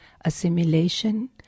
assimilation